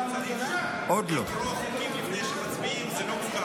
לקרוא חוקים לפני שמצביעים זה לא בושה.